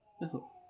No